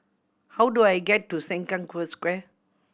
how do I get to Sengkang Square